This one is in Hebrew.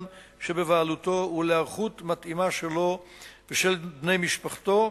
שבבעלותו ולהיערכות מתאימה שלו ושל בני משפחתו.